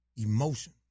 Emotion